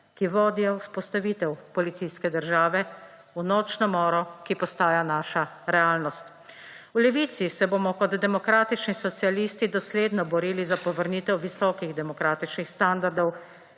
ki vodijo v vzpostavitev policijske države, v nočno moro, ki postaja naša realnost. V Levici se bomo kot demokratični socialisti dosledno borili za povrnitev visokih demokratičnih standardov,